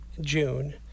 June